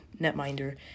netminder